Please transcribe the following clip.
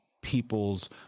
people's